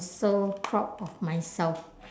so proud of myself